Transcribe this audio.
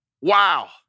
Wow